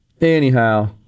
Anyhow